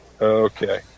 okay